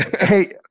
Hey